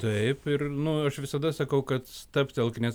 taip ir nu aš visada sakau kad stabtelk nes